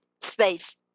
space